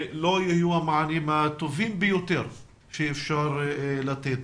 לא יהיו המענים הטובים ביותר שאפשר לתת.